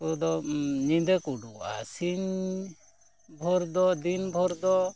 ᱩᱱᱠᱩ ᱫᱚ ᱧᱤᱫᱟᱹ ᱠᱚ ᱩᱰᱩᱠᱚᱜᱼᱟ ᱥᱤᱧ ᱵᱷᱳᱨ ᱫᱚ ᱫᱤᱱ ᱵᱷᱳᱨ ᱫᱚ